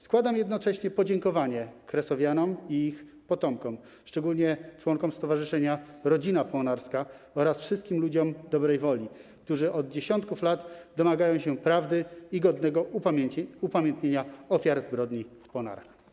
Składam jednocześnie podziękowanie Kresowianom i ich potomkom, szczególnie członkom Stowarzyszenia „Rodzina Ponarska”, oraz wszystkim ludziom dobrej woli, którzy od dziesiątków lat domagają się prawdy i godnego upamiętnienia ofiar zbrodni w Ponarach.